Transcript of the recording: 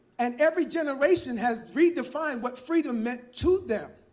and every generation has redefined what freedom meant to them.